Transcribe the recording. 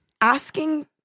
asking